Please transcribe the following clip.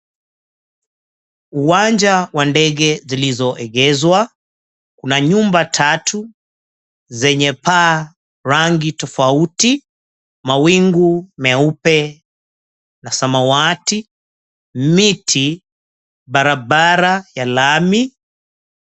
Uwanja wa ndege zilizo egezwa kuna nyumba tatu zenye paa rangi tofauti mawingu meupe na samawati miti barabara ya lami.